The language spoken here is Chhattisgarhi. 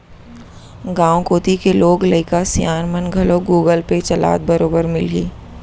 गॉंव कोती के लोग लइका सियान मन घलौ गुगल पे चलात बरोबर मिलहीं